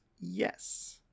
Yes